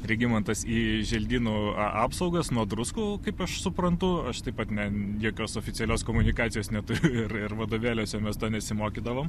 regimantas į želdynų a apsaugas nuo druskų kaip aš suprantu aš taip pat ne jokios oficialios komunikacijos neturiu ir ir vadovėliuose mes to nesimokydavom